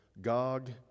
Gog